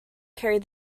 carried